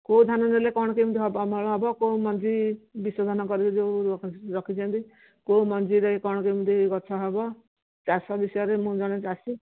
କୋଉ ଧାନ ନେଲେ କ'ଣ କେମିତି ହେବ ଅମଳ ହେବ କୋଉ ମଞ୍ଜି ବିଶୋଧନ କରିକି ଯୋଉ ରଖିଛନ୍ତି କୋଉ ମଞ୍ଜିରେ କ'ଣ କେମିତି ଗଛ ହେବ ଚାଷ ବିଷୟରେ ମୁଁ ଜଣେ ଚାଷୀ